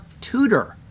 tutor